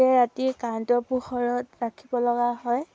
ৰাতি কাৰেন্টৰ পোহৰত ৰাখিব লগা হয়